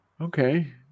Okay